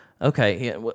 okay